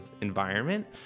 environment